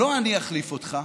לא אני אחליף אותך,